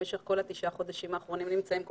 במשך כל תשעת החודשים האחרונים אנחנו נמצאים כל